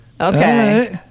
Okay